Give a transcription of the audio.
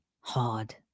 hard